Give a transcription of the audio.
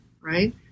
right